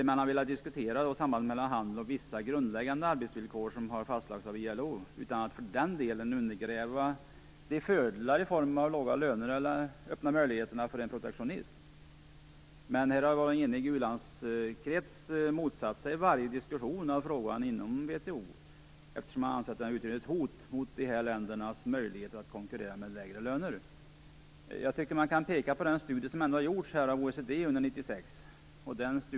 Man har velat diskutera sambanden mellan handel och vissa grundläggande arbetsvillkor som har fastlagts av ILO, utan att för den delen undergräva de fördelar som låga löner innebär eller att öppna möjligheterna för protektionism. En enig u-landskrets har emellertid motsatt sig varje diskussion av frågan inom WTO, eftersom man anser att den utgör ett hot mot de här ländernas möjlighet att konkurrera med lägre löner. Jag tycker att man kan peka på den studie som har gjorts av OECD under 1996.